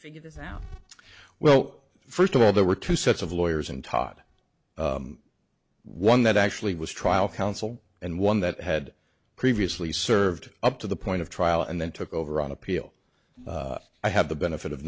figure this out well first of all there were two sets of lawyers in todd one that actually was trial counsel and one that had previously served up to the point of trial and then took over on appeal i have the benefit of